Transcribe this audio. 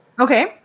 Okay